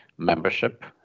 membership